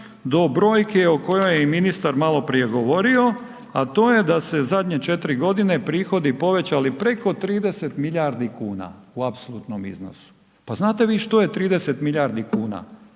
do brojke o kojoj je ministar maloprije govorio, a to je da se zadnje četiri godine prihodi povećali preko 30 milijardi kuna u apsolutnom iznosu. Pa znate vi što je 30 milijardi kuna?